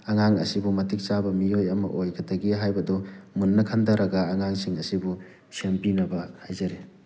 ꯑꯉꯥꯡ ꯑꯁꯤꯕꯨ ꯃꯇꯤꯛ ꯆꯥꯕ ꯃꯤꯑꯣꯏ ꯑꯃ ꯑꯣꯏꯒꯗꯒꯦ ꯍꯥꯏꯕꯗꯨ ꯃꯨꯟꯅ ꯈꯟꯊꯔꯒ ꯑꯉꯥꯡꯁꯤꯡ ꯑꯁꯤꯕꯨ ꯁꯦꯝꯕꯤꯅꯕ ꯍꯥꯏꯖꯔꯤ